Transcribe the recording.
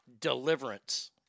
Deliverance